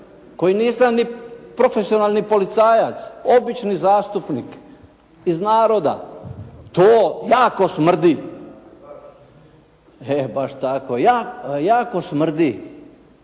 koji nisam niti profesionalni policajac, obični zastupnik, iz naroda, to tako smrdi. E, baš tako. Jako smrdi.